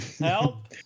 help